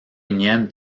unième